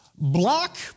Block